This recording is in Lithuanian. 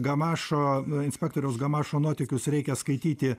gamašo inspektoriaus gamašo nuotykius reikia skaityti